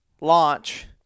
launch